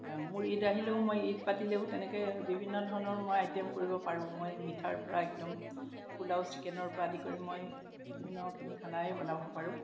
মোৰ ঈদ আহিলেও মই ঈদ পাতিলেও তেনেকে বিভিন্ন ধৰণৰ মই আইটেম কৰিব পাৰোঁ মই মিঠাৰ পৰা একদম পোলাও চিকেনৰ পৰা আদি কৰি মই বিভিন্নখিনি খানায়ে বনাব পাৰোঁ